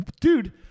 Dude